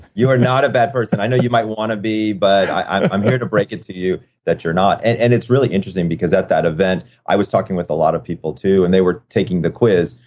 you are not a bad person. i know you might want to be, but i'm here to break it to you that you're not. and it's really interesting because at that event, i was talking with a lot of people, too, and they were taking the quiz.